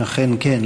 אכן, כן.